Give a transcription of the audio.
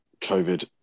COVID